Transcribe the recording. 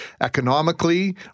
economically